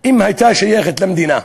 הייתה שייכת למדינה?